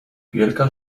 wielka